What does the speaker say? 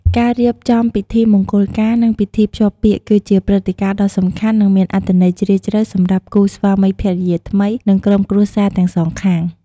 ការរៀបចំពិធីមង្គលការ និងពិធីភ្ជាប់ពាក្យ គឺជាព្រឹត្តិការណ៍ដ៏សំខាន់ និងមានអត្ថន័យជ្រាលជ្រៅសម្រាប់គូស្វាមីភរិយាថ្មី និងក្រុមគ្រួសារទាំងសងខាង។